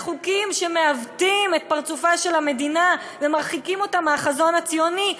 לחוקים שמעוותים את פרצופה של המדינה ומרחיקים אותה מהחזון הציוני,